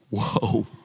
Whoa